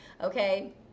okay